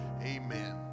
Amen